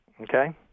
okay